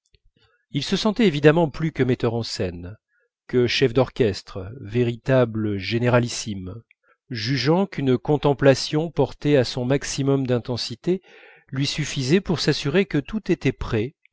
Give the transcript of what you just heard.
il se sentait évidemment plus que metteur en scène que chef d'orchestre véritable généralissime jugeant qu'une contemplation portée à son maximum d'intensité lui suffisait pour s'assurer que tout était prêt